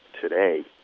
today